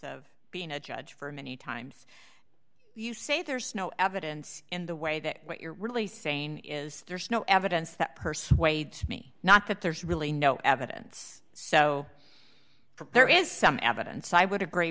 of being a judge for many times you say there's no evidence in the way that what you're really saying is there's no evidence that persuades me not that there's really no evidence so there is some evidence i would agree